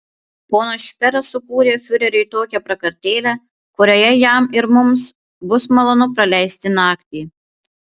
ponas šperas sukūrė fiureriui tokią prakartėlę kurioje jam ir mums bus malonu praleisti naktį